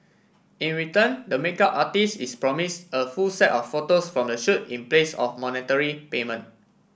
in return the makeup artist is promise a full set of photos from the shoot in place of monetary payment